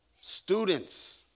students